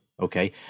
Okay